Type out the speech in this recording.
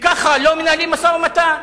וכך לא מנהלים משא-ומתן.